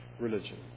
religion